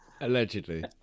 allegedly